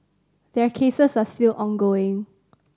their cases are still ongoing